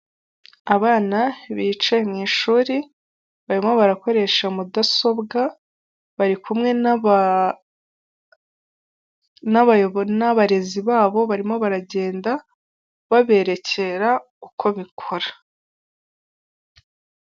Abana bicaye mu ishuri barimo barakoresha mudasobwa barikumwe n'abarezi babo barimo baragenda baberekera uko bikora.